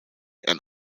and